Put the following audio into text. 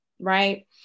right